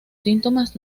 síntomas